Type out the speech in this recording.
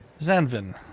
Zanvin